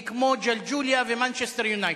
היא כמו "ג'לג'וליה" ו"מנצ'סטר יונייטד".